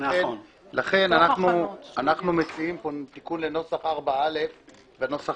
ולכן אנחנו מציעים פה תיקון ל-4א בנוסח